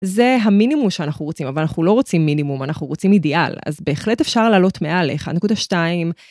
זה המינימום שאנחנו רוצים אבל אנחנו לא רוצים מינימום אנחנו רוצים אידיאל אז בהחלט אפשר לעלות מעל 1.2.